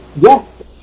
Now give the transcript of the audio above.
Yes